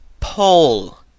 poll